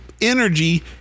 energy